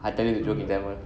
I tell you a joke in tamil